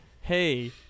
hey